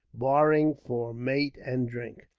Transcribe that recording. barring for mate and drink.